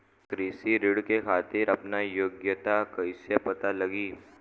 कृषि ऋण के खातिर आपन योग्यता कईसे पता लगी?